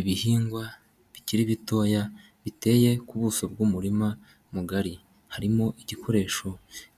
Ibihingwa bikiri bitoya biteye ku buso bw'umurima mugari, harimo igikoresho